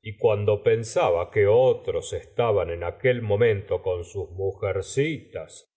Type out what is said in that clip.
y cuando pensaba que gustavo flaulert otros estaban en aquel momento con sus mujercitas